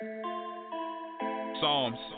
Psalms